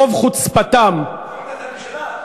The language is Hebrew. ברוב חוצפתם, את הממשלה.